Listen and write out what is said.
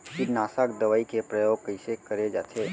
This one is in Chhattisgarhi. कीटनाशक दवई के प्रयोग कइसे करे जाथे?